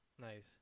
Nice